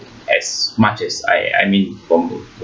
as much as I I mean from